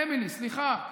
אמילי, סליחה.